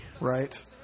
Right